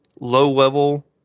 low-level